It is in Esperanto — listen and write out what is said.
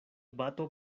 bato